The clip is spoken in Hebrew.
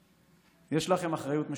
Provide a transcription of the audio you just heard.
יש לכם אחריות משותפת.